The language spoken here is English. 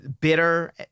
bitter